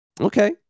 Okay